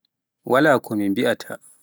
waala ko me biaata